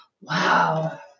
Wow